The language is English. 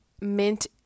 mint